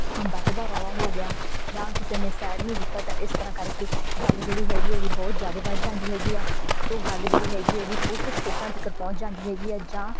ਵੱਟ ਦਾ ਰੌਲਾ ਹੋ ਗਿਆ ਜਾਂ ਕਿਸੇ ਨੇ ਸਾਈਡ ਨਹੀਂ ਦਿੱਤਾ ਤਾਂ ਇਸ ਤਰ੍ਹਾਂ ਕਰਕੇ ਗੱਲ ਜਿਹੜੀ ਹੈਗੀ ਐਗੀ ਬਹੁਤ ਜ਼ਿਆਦਾ ਵੱਧ ਜਾਂਦੀ ਹੈਗੀ ਆ ਸੋ ਗੱਲ ਜਿਹੜੀ ਹੈਗੀ ਐਗੀ ਪੁਲਿਸ ਸਟੇਸ਼ਨਾਂ ਤੱਕ ਪਹੁੰਚ ਜਾਂਦੀ ਹੈਗੀ ਹੈ ਜਾਂ